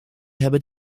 hebben